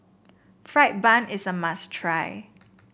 fried bun is a must try